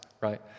right